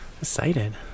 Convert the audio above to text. excited